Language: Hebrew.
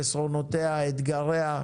חסרונותיה ואתגריה,